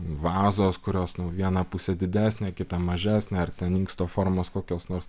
vazos kurios viena pusė didesnė kita mažesnė ar ten inksto formos kokios nors